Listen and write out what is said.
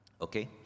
Okay